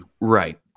Right